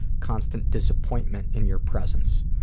constant disappointment in your presence.